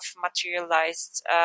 materialized